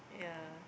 yeah